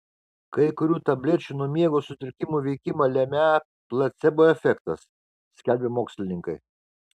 kai kurių tablečių nuo miego sutrikimų veikimą lemią placebo efektas skelbia mokslininkai